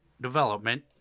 development